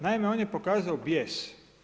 Naime, on je pokazao bijes.